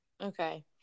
Okay